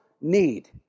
need